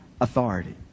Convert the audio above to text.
authority